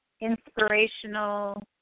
inspirational